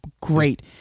great